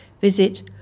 Visit